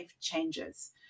changes